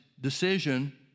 decision